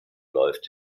läuft